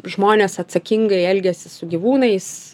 žmonės atsakingai elgiasi su gyvūnais